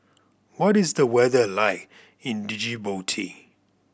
what is the weather like in Djibouti